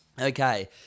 Okay